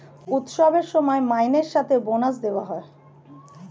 উৎসবের সময় মাইনের সাথে বোনাস দেওয়া হয়